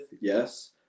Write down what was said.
yes